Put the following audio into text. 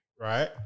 right